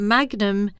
Magnum